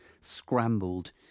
scrambled